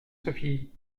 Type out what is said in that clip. sophie